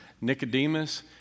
Nicodemus